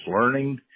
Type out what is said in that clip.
learning